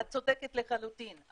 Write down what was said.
את צודקת לחלוטין.